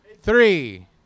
three